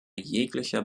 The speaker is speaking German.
jeglicher